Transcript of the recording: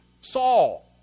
Saul